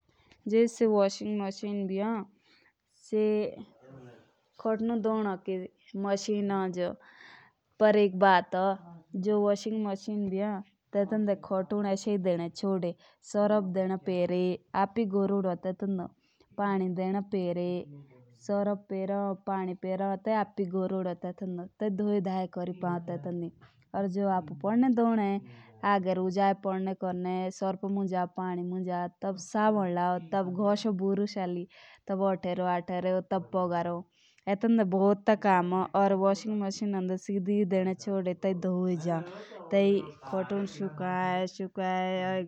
जो से washing machine भी तो बहुत धोनो की मशीन है। तो तेंदे खोतुन ईसि देने डाली सर्राफ देना पेरे पानी देना पेरे टीबी खोतुन अपुई घरुंदो या तोस धुल जाओ। या जस आपुई पोडने रुझाने सराफ पानी आपुई या सब आपुई पोडनो कोरोन।